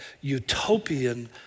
utopian